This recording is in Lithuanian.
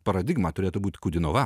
paradigmą turėtų būti kudinova